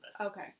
Okay